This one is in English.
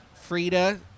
Frida